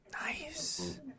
Nice